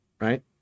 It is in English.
right